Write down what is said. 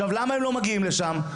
למה הם לא מגיעים לשם?